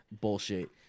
bullshit